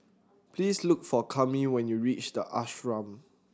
please look for Kami when you reach The Ashram